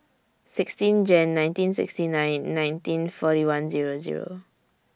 sixteen Jan nineteen sixty nine nineteen forty one Zero Zero